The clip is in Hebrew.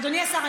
אדוני השר,